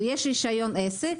יש רשיון עסק,